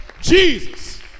Jesus